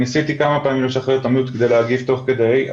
אני ניסיתי כמה פעמים לשחרר את ה-mute כדי להגיב לדברים תוך כדי.